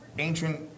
Ancient